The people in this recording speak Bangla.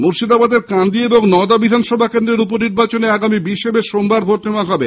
মুর্শিদাবাদের কান্দি ও নওদা বিধানসভা কেন্দ্রের উপনির্বাচনে আগামী বিশে মে সোমবার ভোট নেওয়া হবে